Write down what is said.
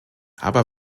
aber